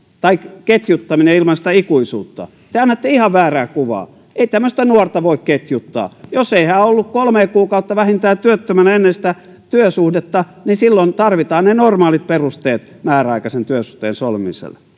tai ketjuttaminen ilman sitä ikuisuutta te annatte ihan väärää kuvaa ei tämmöistä nuorta voi ketjuttaa jos hän ei ole ollut vähintään kolme kuukautta työttömänä ennen sitä työsuhdetta niin silloin tarvitaan ne normaalit perusteet määräaikaisen työsuhteen solmimiselle